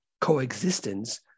coexistence